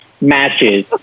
Matches